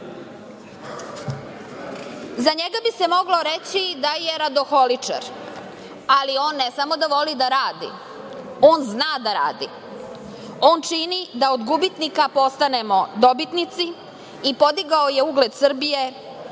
Za njega bi se moglo reći da je radoholičar, ali on ne samo da voli da radi, on zna da radi. On čini da od gubitnika postanemo dobitnici i podigao je ugled Srbije